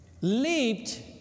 leaped